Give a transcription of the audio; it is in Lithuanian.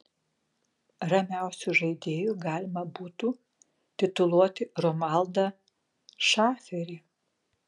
ramiausiu žaidėju galima būtų tituluoti romualdą šaferį